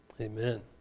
amen